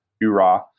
Ura